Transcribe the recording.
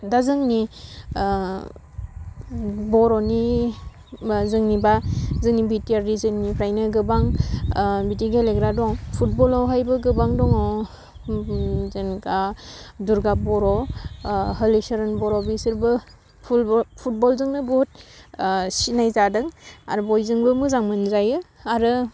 दा जोंनि बर'नि मा जेनेबा जोंनि बिटिआर रिजननिफ्रायनो गोबां बिदि गेलेग्रा दं फुदबलावहायबो गोबां दङ जेनोबा दुरगा बर' हलिसरन बर' बिसोरबो फुलबल फुदबलजोंनो बहुद सिनाय जादों आरो बयजोंबो मोजां मोनजायो आरो